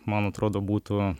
man atrodo būtų